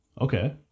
Okay